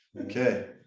Okay